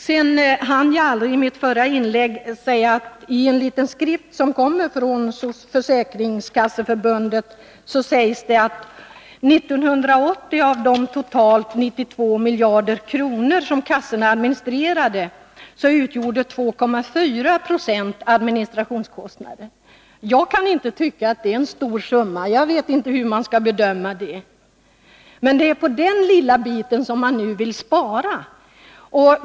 I mitt förra inlägg hann jag aldrig säga att i en liten skrift som kommer från Försäkringskasseförbundet sägs det att år 1980 utgjorde 2,4 90 av de totalt 92 miljarder som kassorna administrerade administrationskostnader. Jag kan inte tycka att det är en stor summa — jag vet inte hur man skall bedöma det. Men det är på den lilla biten som man nu vill spara.